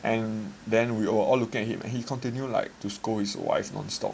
and then we all looking at him and then he continue like to scold his wife non-stop